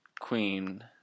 Queen